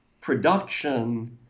production